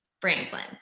Franklin